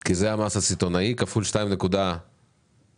כי זה המס הסיטונאי כפול 270 אחוז.